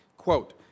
Quote